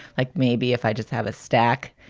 like, maybe if i just have a stack,